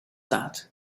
that